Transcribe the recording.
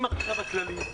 עם החשב הכללי,